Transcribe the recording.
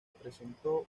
presentó